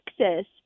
Texas